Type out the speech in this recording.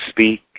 speak